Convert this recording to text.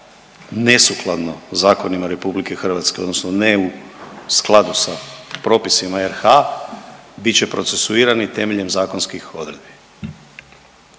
nesukladno zakonima RH odnosno u skladu sa propisima RH bit će procesuirani temeljem zakonskih odredbi.